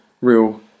real